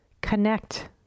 connect